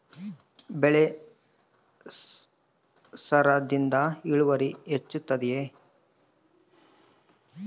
ಬೆಳೆ ಸರದಿಯಿಂದ ಇಳುವರಿ ಹೆಚ್ಚುತ್ತದೆಯೇ?